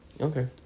Okay